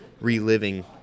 reliving